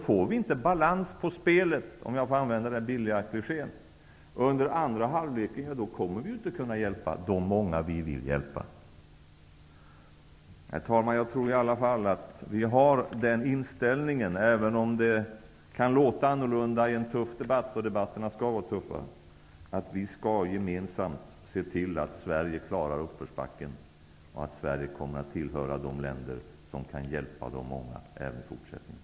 Får vi inte balans på spelet -- om jag får använda den billiga klichén -- under den andra halvleken, då kan vi inte hjälpa alla dem vi vill hjälpa. Herr talman! Jag tror att vi alla har inställningen -- även om det kan låta annorlunda i en tuff debatt, och debatterna skall vara tuffa -- att vi skall gemensamt se till att Sverige klarar uppförsbacken och att Sverige skall vara en av de länder som kan hjälpa de många även i fortsättningen.